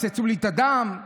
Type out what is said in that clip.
מצצו לי את הדם.